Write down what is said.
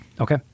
Okay